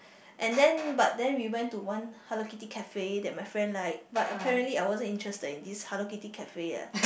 and then but then we went to one Hello-Kitty cafe that my friend like but apparently I wasn't interested in this Hello-Kitty cafe eh